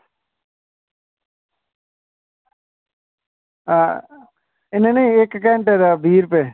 आं नेईं नेईं इक्क घैंटे दा बीह् रपेऽ